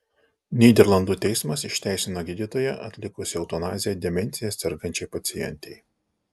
nyderlandų teismas išteisino gydytoją atlikusį eutanaziją demencija sergančiai pacientei